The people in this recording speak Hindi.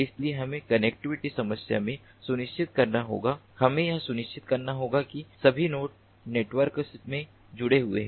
इसलिए हमें कनेक्टिविटी समस्या में सुनिश्चित करना होगा हमें यह सुनिश्चित करना होगा कि सभी नोड नेटवर्क में जुड़े हुए हैं